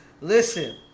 Listen